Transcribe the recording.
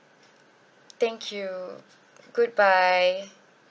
thank you goodbye